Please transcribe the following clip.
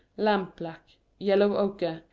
lampblack, yellow ochre,